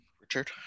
richard